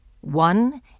One